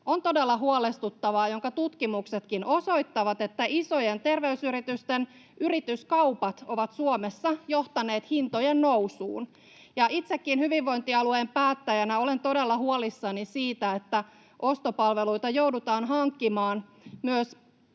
On todella huolestuttavaa, jonka tutkimuksetkin osoittavat, että isojen terveysyritysten yrityskaupat ovat Suomessa johtaneet hintojen nousuun. Itsekin hyvinvointialueen päättäjänä olen todella huolissani siitä, että ostopalveluita joudutaan hankkimaan myös